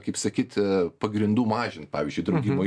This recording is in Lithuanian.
kaip sakyt a pagrindų mažint pavyzdžiui draudimo